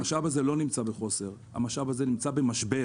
המשאב הזה לא נמצא בחוסר, המשאב הזה נמצא במשבר.